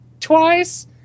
twice